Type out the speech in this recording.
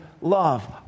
love